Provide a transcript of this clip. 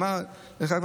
דרך אגב,